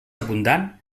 abundant